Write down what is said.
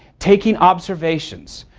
taking observations.